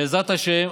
בעזרת השם.